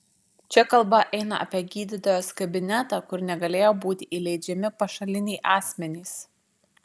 čia kalba eina apie gydytojos kabinetą kur negalėjo būti įleidžiami pašaliniai asmenys